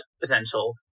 potential